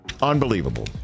unbelievable